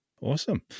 Awesome